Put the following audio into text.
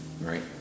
right